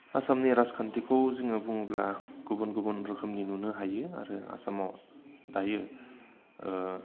आसामनि राजखान्थिखौ जोङो बुङोब्ला गुबुन गुबुन रोखोमनि नुनो हायो आरो आसामाव दायो